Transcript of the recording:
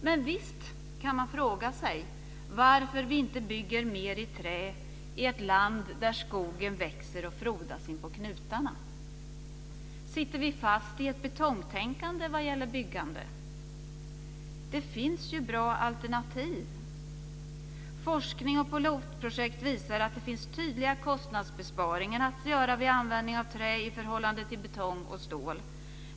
Men visst kan man fråga sig varför vi inte bygger mer i trä i ett land där skogen växer och frodas inpå knutarna. Sitter vi fast i ett betongtänkande vad gäller byggande? Det finns ju bra alternativ. Forskning och pilotprojekt visar att det finns tydliga kostnadsbesparingar att göra vid användning av trä i förhållande till betong och stål.